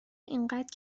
اینقد